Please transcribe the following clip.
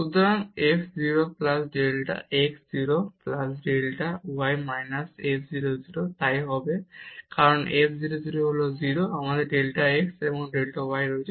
সুতরাং f 0 plus delta x 0 plus delta y minus f 0 0 তাই হবে কারণ f 0 0 হল 0 আমাদের ডেল্টা x ডেল্টা y আছে